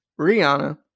Rihanna